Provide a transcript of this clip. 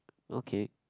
okay